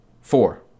four